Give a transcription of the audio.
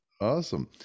awesome